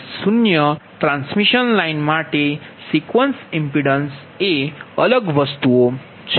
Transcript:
તેથીZ0 transmission line માટે sequence impedance અલગ છે